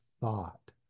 thought